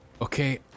Okay